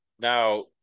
Now